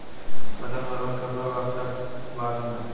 फसल में उर्वरक के उपयोग आवश्यक बा कि न?